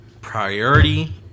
Priority